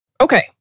okay